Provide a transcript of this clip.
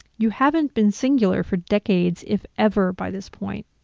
you haven't been singular for decades, if ever by this point.